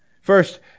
First